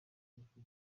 ubucuti